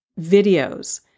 videos